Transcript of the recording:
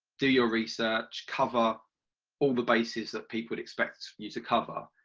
do your research, cover all the bases that people would expect you to cover,